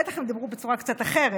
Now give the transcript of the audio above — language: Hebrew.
בטח הם דיברו בצורה קצת אחרת,